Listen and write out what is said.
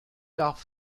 tough